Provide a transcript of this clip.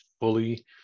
fully